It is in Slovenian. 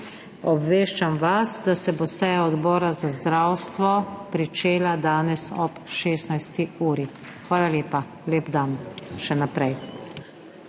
Obveščam vas, da se bo seja Odbora za zdravstvo začela danes ob 16. uri. Hvala lepa. Lep dan še naprej!